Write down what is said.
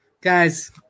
guys